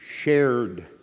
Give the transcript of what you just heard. shared